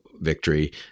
victory